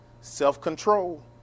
self-control